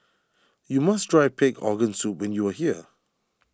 you must try Pig Organ Soup when you are here